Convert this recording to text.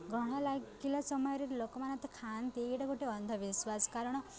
ଗ୍ରହଣ ଲାଗିଲା ସମୟରେ ଲୋକମାନେ ତ ଖାଆନ୍ତି ଏଇଟା ଗୋଟେ ଅନ୍ଧବିଶ୍ଵାସ କାରଣ